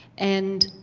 and,